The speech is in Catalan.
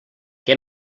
què